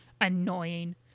annoying